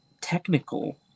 technical